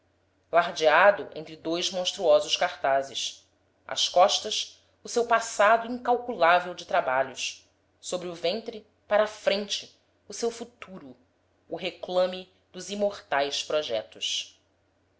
lardeado entre dois monstruosos cartazes as costas o seu passado incalculável de trabalhos sobre o ventre para a frente o seu futuro a réclame dos imortais projetos